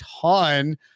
ton